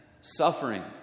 suffering